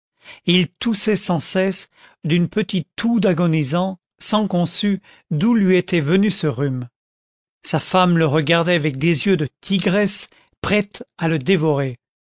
il toussait sans cesse d'une petite toux d'agonisant sans qu'on sût d'où lui était venu ce rhume sa femme le regardait avec des yeux de tigresse prête à le dévorer